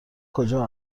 کجا